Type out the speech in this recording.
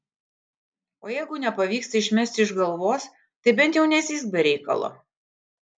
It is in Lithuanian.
o jeigu nepavyksta išmesti iš galvos tai bent jau nezyzk be reikalo